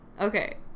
Okay